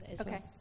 Okay